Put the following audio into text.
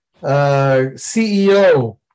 CEO